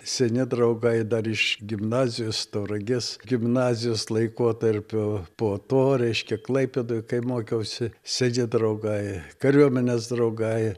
seni draugai dar iš gimnazijos tauragės gimnazijos laikotarpio po to reiškia klaipėdoj kai mokiausi seni draugai kariuomenės draugai